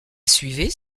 suivez